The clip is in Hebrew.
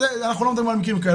אנחנו לא מדברים על מקרים כאלה,